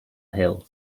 hill